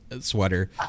sweater